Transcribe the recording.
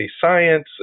science